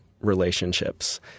relationships